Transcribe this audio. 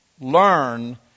learn